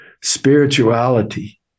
spirituality